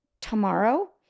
tomorrow